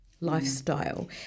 lifestyle